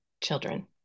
children